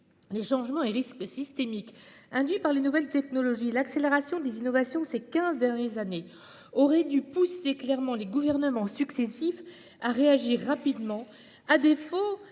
les changements et risques systémiques induits par les nouvelles technologies et l'accélération des innovations lors des quinze dernières années auraient dû inciter les gouvernements successifs à réagir rapidement et, à défaut,